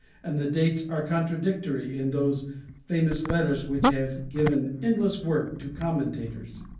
and the dates are contradictory in those famous letters which have given endless work to commentators.